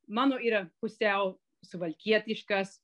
mano yra pusiau suvalkietiškas